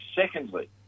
Secondly